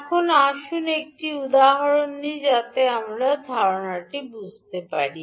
এখন আসুন একটি উদাহরণ নিই যাতে আমরা ধারণাটি বুঝতে পারি